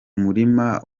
murima